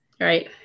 right